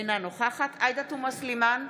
אינה נוכחת עאידה תומא סלימאן,